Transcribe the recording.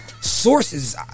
Sources